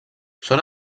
són